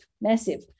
massive